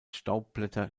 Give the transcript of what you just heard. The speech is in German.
staubblätter